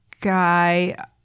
guy –